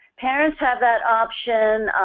parents have that option